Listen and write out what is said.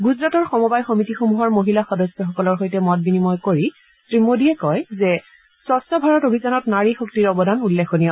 গুজৰাটৰ সমবায় সমিতিসমূহৰ মহিলা সদস্যসকলৰ সৈতে মত বিনিময় কৰি শ্ৰীমোডীয়ে কয় যে স্বছ্ ভাৰত অভিযানত নাৰী শক্তিৰ অৱদান উল্লেখনীয়